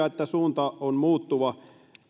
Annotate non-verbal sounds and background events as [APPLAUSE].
[UNINTELLIGIBLE] että suunta on muuttuva